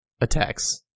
attacks